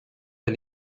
del